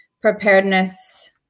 preparedness